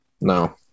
No